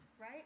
Right